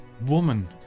woman